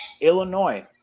Illinois